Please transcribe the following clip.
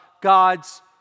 God's